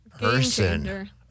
person